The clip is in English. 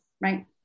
Right